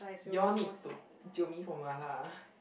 you all need to jio me for mala